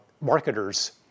marketers